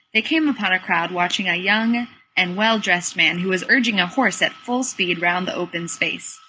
they came upon a crowd watching a young and well-dressed man who was urging a horse at full speed round the open space,